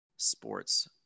sports